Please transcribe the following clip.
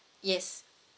yes